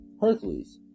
Hercules